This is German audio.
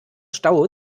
stau